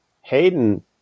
Hayden